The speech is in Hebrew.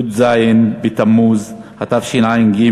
י"ז בתמוז התשע"ג,